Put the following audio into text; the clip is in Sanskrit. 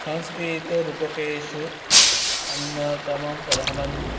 संस्कृतरूपकेषु अन्यतमं प्रधानं